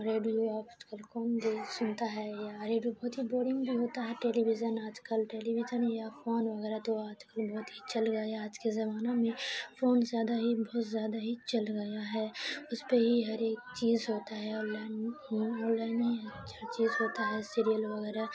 radio آج کل کون سنتا ہے یا ریڈیو بہت ہی بورنگ بھی ہوتا ہے ٹیلی ویژن آج کل ٹیلی ویژن یا فون وغیرہ تو آج کل بہت ہی چل گیا ہے آج کے زمانے میں فون زیادہ ہی بہت زیادہ ہی چل گیا ہے اس پہ ہی ہر ایک چیز ہوتا ہے آن لائن آن لائن ہی ہر چیز ہوتا ہے سیریل وغیرہ